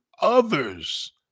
others